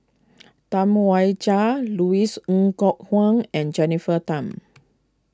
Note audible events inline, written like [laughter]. [noise] Tam Wai Jia Louis Ng Kok Kwang and Jennifer Tham